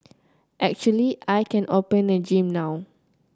actually I can open a gym now